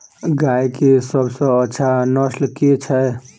गाय केँ सबसँ अच्छा नस्ल केँ छैय?